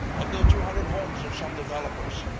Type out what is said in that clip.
i build two hundred homes of some developers.